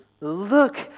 look